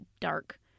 dark